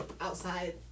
outside